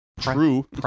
true